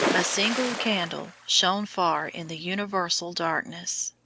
a single candle shone far in the universal darkness.